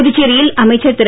புதுச்சேரியில் அமைச்சர் திரு